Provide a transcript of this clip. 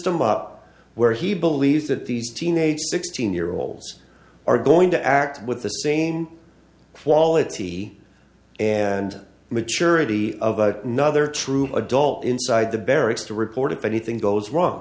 up where he believes that these teenage sixteen year olds are going to act with the same quality and maturity of a nother true adult inside the barracks to report if anything goes wrong